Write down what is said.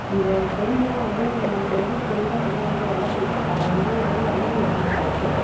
இந்த தொழில்லாம் வந்து நம்மளுக்கு வந்து தெரிஞ்சால் இன்னும் வந்து வளர்க்கணும் அதை வந்து வந்து அழிய விட்டுர கூடாது